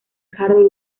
carol